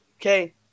Okay